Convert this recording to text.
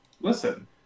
Listen